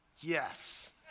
Yes